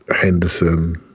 Henderson